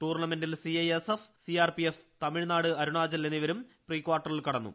ടൂർണമെന്റിൽ CISF CRPF Tamil Nadu Arunachal എന്നിവരും പ്രീകാർട്ടറിൽ കടന്നു